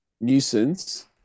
nuisance